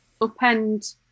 upend